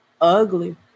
ugly